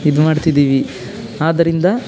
ಇದು ಮಾಡ್ತಿದ್ದೀವಿ ಆದ್ದರಿಂದ